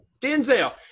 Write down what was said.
Denzel